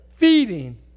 feeding